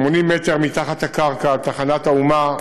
80 מטר מתחת לקרקע, תחנת האומה,